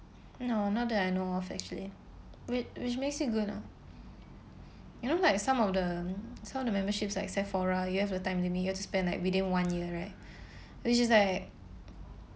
no no that I know of actually whi~ which makes it good ah you know like some of the some of the memberships like Sephora you have the time limit you have to spend like within one year right which is like